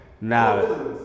Now